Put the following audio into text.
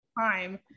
time